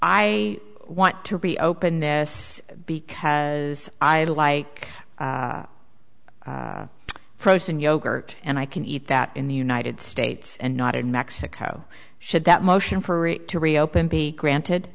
i want to be openness because i like frozen yogurt and i can eat that in the united states and not in mexico should that motion for it to reopen be granted